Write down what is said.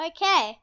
Okay